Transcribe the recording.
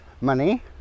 money